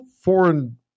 foreign